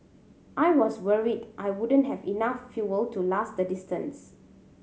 I was worried I wouldn't have enough fuel to last the distance